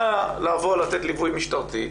נא לבוא לתת ליווי משטרתי.